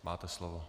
Máte slovo.